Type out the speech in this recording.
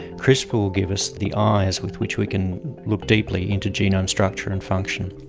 crispr will give us the eyes with which we can look deeply into genome structure and function.